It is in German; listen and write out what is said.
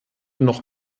noch